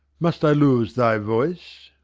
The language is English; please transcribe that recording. must i lose thy voice?